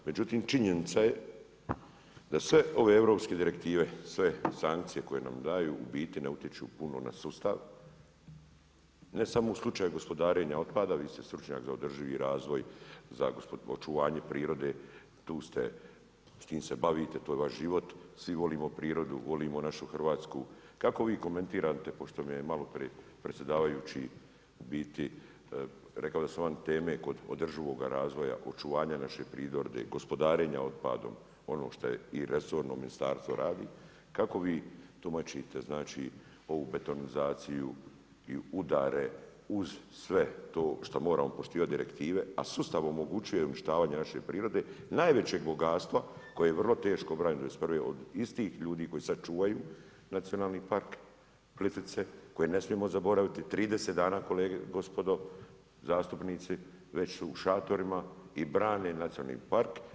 Međutim, činjenica je da sve ove europske direktive, sve sankcije koje nam daju u biti ne utječu puno na sustav, ne samo u slučaju gospodarenja otpadom, a vi ste stručnjak za održivi razvoj za očuvanje prirode, s tim se bavite, to je vaš život, svi volimo prirodu, volimo našu Hrvatsku, kako vi komentirate pošto mi maloprije predsjedavajući u biti, rekao da sam van teme kod održivoga razvoja, očuvanja naše prirode, gospodarenja otpadom, ono što i resorno ministarstvo radi, kako vi tumačite ovu betonizaciju i udare uz sve to šta moramo poštivati direktive a sustav omogućuje uništavanje naše prirode, najvećeg bogatstva koje je vrlo teško obranjeno '91. od istih ljudi koji sad čuvaju Nacionalni park Plitvice, koji ne smijemo zaboraviti, trideset dana, kolege, gospodo zastupnici, već su šatorima i brane nacionalni park.